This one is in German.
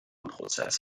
prozess